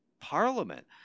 parliament